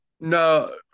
No